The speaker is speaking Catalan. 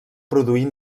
produir